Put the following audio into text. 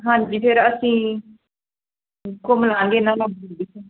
ਹਾਂਜੀ ਫਿਰ ਅਸੀਂ ਘੁੰਮ ਲਾਂਗੇ ਇਹਨਾਂ ਨਾਲ